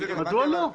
מדוע לא?